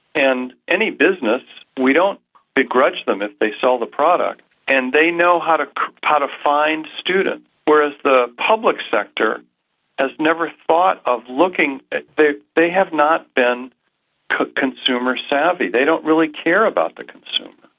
and any business, we don't begrudge them if they sell the product. and they know how to how to find students, whereas the public sector has never thought of looking, ah they they have not been consumer savvy, they don't really care about the consumer.